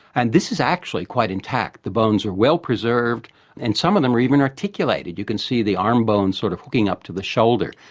and this is actually quite intact. the bones are well preserved and some of them are even articulated. you can see the arm bones sort of hooking up to the shoulder.